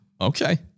okay